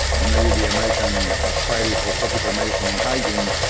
and maybe the american society for tropical medicine and hygiene,